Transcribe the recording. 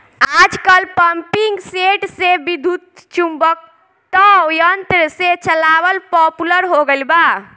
आजकल पम्पींगसेट के विद्युत्चुम्बकत्व यंत्र से चलावल पॉपुलर हो गईल बा